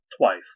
twice